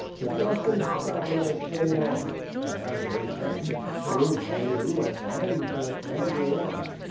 the jocund travellers came on and as they came, scrooge knew and named them every one.